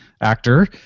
actor